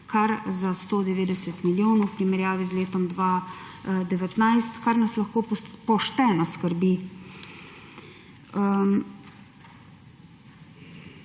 kar za 190 milijonov v primerjavi z letom 2019, kar nas lahko pošteno skrbi.